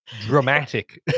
dramatic